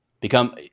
Become